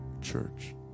Church